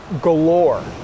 galore